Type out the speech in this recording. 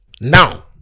Now